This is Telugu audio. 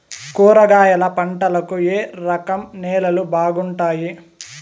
కూరగాయల పంటలకు ఏ రకం నేలలు బాగుంటాయి?